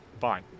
fine